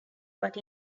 but